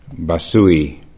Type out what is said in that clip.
Basui